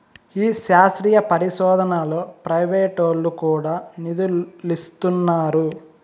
ఈ శాస్త్రీయ పరిశోదనలో ప్రైవేటోల్లు కూడా నిదులిస్తున్నారు